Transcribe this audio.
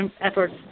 efforts